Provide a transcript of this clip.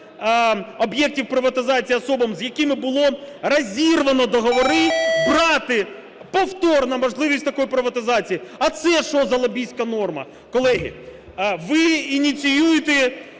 об'єктів приватизації особам, з якими було розірвано договори, брати повторно можливість такої приватизації. А це що за лобістська норма? Колеги, ви ініціюєте